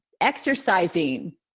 exercising